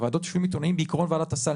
בוועדות יושבים עיתונאים בעיקרון ועדת הסל.